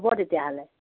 হ'ব তেতিয়াহ'লে